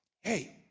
hey